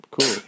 cool